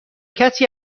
کسی